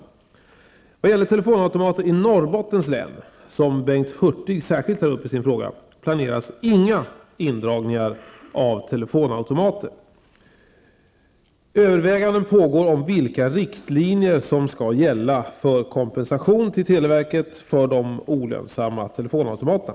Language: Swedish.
I vad gäller telefonautomater i Norrbottens län, som Bengt Hurtig särskilt tar upp i sin fråga, planeras inga indragningar av telefonautomater. Överväganden pågår om vilka riktlinjer som skall gälla för kompensation till televerket för de olönsamma telefonautomaterna.